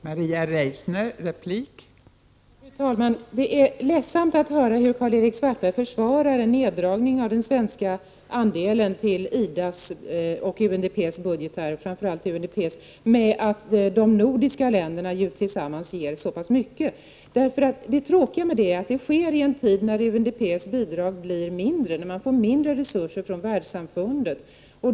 Fru talman! Det är ledsamt att höra hur Karl-Erik Svartberg försvarar en neddragning av den svenska andelen av IDA:s och framför allt UNDP:s budget med att de nordiska länderna ju tillsammans ger så pass mycket. Det tråkiga är att denna neddragning sker vid en tid när UNDP:s bidrag blir mindre — när man får mindre resurser från världssamfundet.